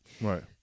Right